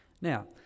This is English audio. Now